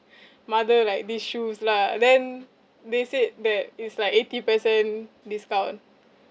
mother like this shoes lah then they said that it's like eighty per cent discount